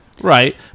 Right